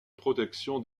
protection